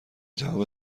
جواب